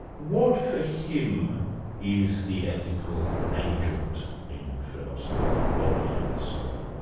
what for him is the ethical agent in philosophy, body and soul,